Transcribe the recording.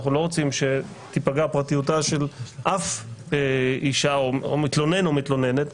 אנחנו לא רוצים שתיפגע פרטיותו של שום מתלונן או מתלוננת,